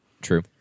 True